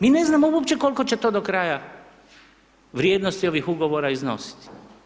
Mi ne znamo uopće kolko će to do kraja vrijednosti ovih ugovora iznositi.